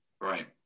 Right